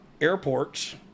airports